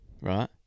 right